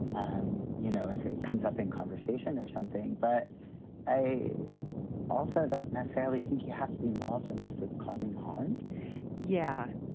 um you know, if it comes up in conversation or something. but i also don't necessarily think you have to be involved unless it's causing harm yeah.